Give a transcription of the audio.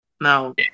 Now